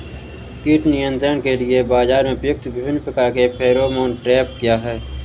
कीट नियंत्रण के लिए बाजरा में प्रयुक्त विभिन्न प्रकार के फेरोमोन ट्रैप क्या है?